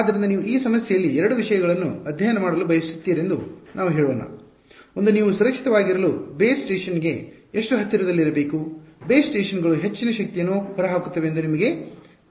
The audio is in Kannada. ಆದ್ದರಿಂದ ನೀವು ಈ ಸಮಸ್ಯೆಯಲ್ಲಿ ಎರಡು ವಿಷಯಗಳನ್ನು ಅಧ್ಯಯನ ಮಾಡಲು ಬಯಸುತ್ತೀರೆಂದು ನಾವು ಹೇಳೋಣ ಒಂದು ನೀವು ಸುರಕ್ಷಿತವಾಗಿರಲು ಬೇಸ್ ಸ್ಟೇಷನ್ಗೆ ಎಷ್ಟು ಹತ್ತಿರದಲ್ಲಿರಬೇಕು ಬೇಸ್ ಸ್ಟೇಷನ್ಗಳು ಹೆಚ್ಚಿನ ಶಕ್ತಿಯನ್ನು ಹೊರಹಾಕುತ್ತವೆ ಎಂದು ನಿಮಗೆ ತಿಳಿದಿದೆ